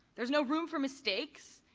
there's no room for mistakes.